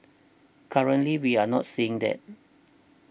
currently we are not seeing that